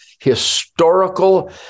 historical